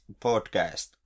podcast